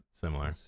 similar